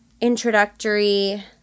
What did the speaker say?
introductory